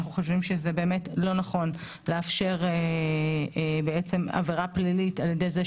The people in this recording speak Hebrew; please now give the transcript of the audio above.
אנחנו חושבים שזה לא נכון לאפשר עבירה פלילית על ידי זה